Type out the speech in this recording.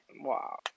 wow